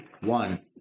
One